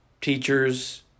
teachers